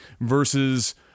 versus